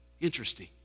Interesting